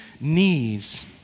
knees